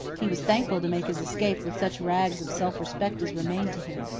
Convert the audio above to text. he was thankful to make his escape with such rags of self-respect as remained to him.